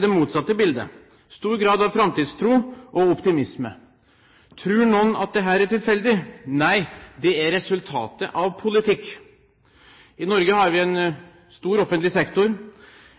det motsatte bildet: stor grad av framtidstro og optimisme. Tror noen at dette er tilfeldig? Nei, det er resultatet av politikk. I Norge har vi en stor offentlig sektor,